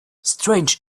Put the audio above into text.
strange